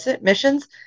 missions